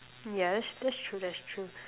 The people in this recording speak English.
yes that's true that's true